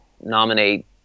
nominate